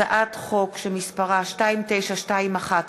הצעת חוק מס' פ/2921/19,